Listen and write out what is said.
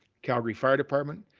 calgary fire department,